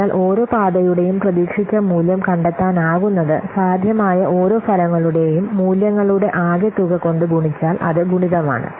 അതിനാൽ ഓരോ പാതയുടെയും പ്രതീക്ഷിച്ച മൂല്യം കണ്ടെത്താനാകുന്നത് സാധ്യമായ ഓരോ ഫലങ്ങളുടെയും മൂല്യങ്ങളുടെ ആകെത്തുക കൊണ്ട് ഗുണിച്ചാൽ അത് ഗുണിതമാണ്